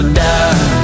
die